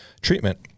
treatment